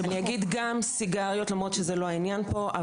אני אגיד גם סיגריות למרות שזה לא העניין פה,